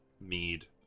mead